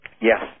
Yes